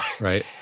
right